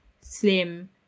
slim